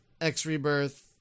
X-Rebirth